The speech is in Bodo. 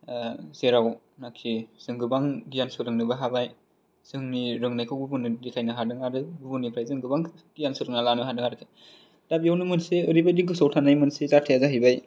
जेराव नाखि जों गोबां गियान सोलोंनोबो हाबाय जोंनि रोंनायखौबो गुबुननो देखायनो हादों आरो गुबुननिफ्राय जों गोबां गियान सोलोंना लानो हादों आरखि दा बेयावनो मोनसे ओरैबादि गोसोआव थानाय मोनसे जाथायानो जाहैबाय